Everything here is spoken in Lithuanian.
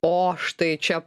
o štai čia